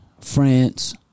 France